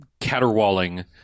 caterwauling